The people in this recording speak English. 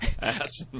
Ass